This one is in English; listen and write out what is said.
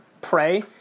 pray